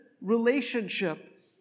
relationship